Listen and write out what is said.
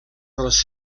dels